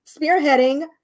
spearheading